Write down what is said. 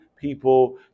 people